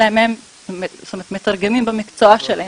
אלא אם הם מתרגמים במקצוע שלהם.